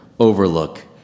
overlook